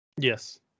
yes